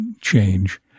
change